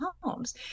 homes